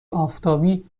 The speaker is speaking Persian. آفتابی